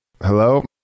hello